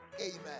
Amen